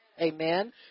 amen